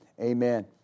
amen